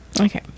Okay